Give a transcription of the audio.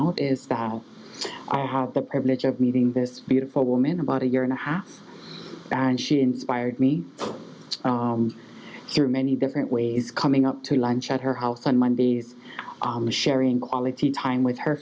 out is that i have the privilege of meeting this beautiful woman about a year and a half and she inspired me through many different ways coming up to lunch at her house on mondays sharing quality time with her